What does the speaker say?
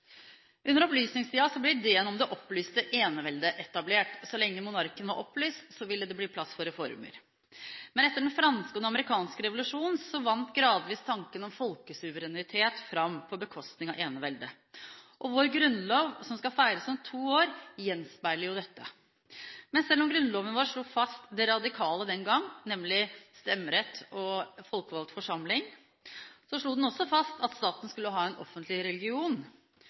Under opplysningstiden ble ideen om det opplyste eneveldet etablert: Så lenge monarken var opplyst, ville det bli plass for reformer. Men etter den franske og den amerikanske revolusjon vant gradvis tanken om folkesuverenitet fram på bekostning av eneveldet. Vår grunnlov, som skal feires om to år, gjenspeiler jo dette. Men selv om grunnloven vår slo fast det radikale den gang, nemlig stemmerett og folkevalgt forsamling, slo den også fast at staten skulle ha en offentlig religion.